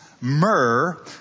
myrrh